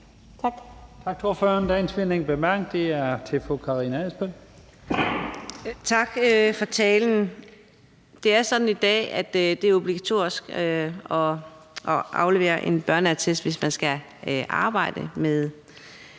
Tak for talen. Det er sådan i dag, at det er obligatorisk at aflevere en børneattest, hvis man skal arbejde med